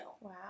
Wow